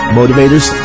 motivators